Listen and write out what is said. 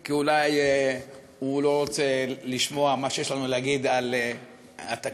כי אולי הוא לא רוצה לשמוע מה שיש לנו להגיד על התקציב.